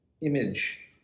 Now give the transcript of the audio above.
image